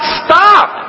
stop